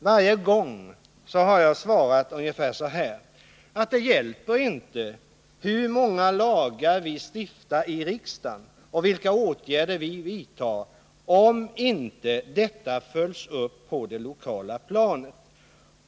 Varje gång har jag svarat ungefär så här: Det hjälper inte hur många lagar vi stiftar i riksdagen och vilka åtgärder vi än vidtar, om inte dessa följs upp på det lokala planet.